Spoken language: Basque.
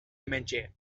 hementxe